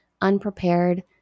unprepared